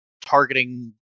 targeting